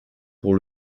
pour